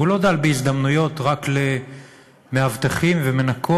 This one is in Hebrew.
והוא לא דל בהזדמנויות רק למאבטחים ומנקות,